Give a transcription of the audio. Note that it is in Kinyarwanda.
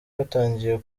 batangiye